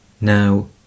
Now